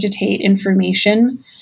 information